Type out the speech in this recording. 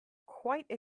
quite